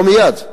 לא מייד.